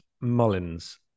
Mullins